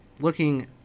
Looking